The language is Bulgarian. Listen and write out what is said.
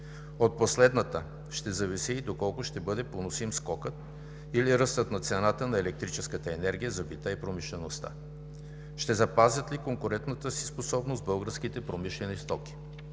От последната ще зависи и доколко ще бъде поносим скокът или ръстът на цената на електрическата енергия за бита и промишлеността. Ще запазят ли конкурентната си способност българските промишлени стоки?